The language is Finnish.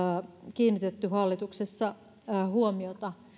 kiinnitetty hallituksessa huomiota